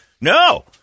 No